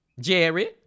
Jerry